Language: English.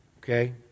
okay